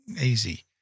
easy